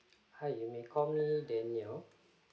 hi you may call me daniel